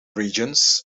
regions